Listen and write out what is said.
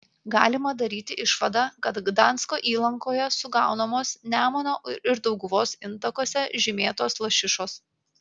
galima daryti išvadą kad gdansko įlankoje sugaunamos nemuno ir dauguvos intakuose žymėtos lašišos